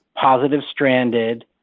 positive-stranded